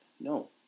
No